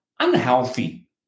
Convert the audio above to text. Unhealthy